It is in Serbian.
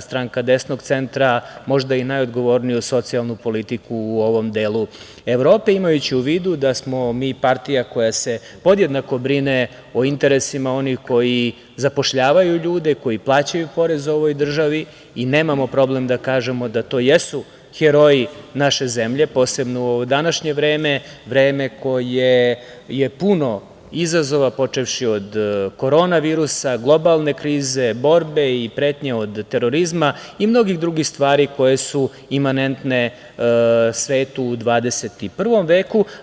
stranka desnog centra, možda i najodgovorniju socijalnu politiku u ovom delu Evrope, imajući u vidu da smo mi partija koja se podjednako brine o interesima onih koji zapošljavaju ljude, koji plaćaju porez ovoj državi i nemamo problem da kažemo da to jesu heroji naše zemlje, posebno u današnje vreme, vreme koje je puno izazova, počevši od korona virusa, globalne krize, borbe i pretnje od terorizma i mnoge druge stvari koje su imanentne svetu u 21. veku.